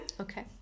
Okay